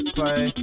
Play